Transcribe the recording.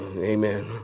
amen